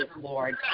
Lord